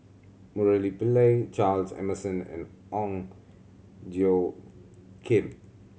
Murali Pillai Charles Emmerson and Ong Tjoe Kim